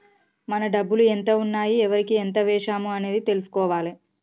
మన డబ్బులు ఎంత ఉన్నాయి ఎవరికి ఎంత వేశాము అనేది తెలుసుకోవాలే